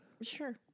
Sure